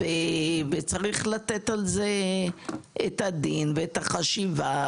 צריך לתת על זה את הדין ואת החשיבה,